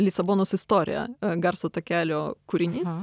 lisabonos istorija garso takelio kūrinys